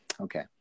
Okay